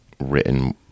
written